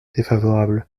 défavorable